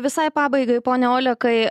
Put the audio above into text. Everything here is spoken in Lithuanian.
visai pabaigai pone olekai